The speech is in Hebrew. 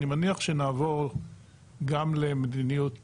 אני מניח שנעבור גם למדיניות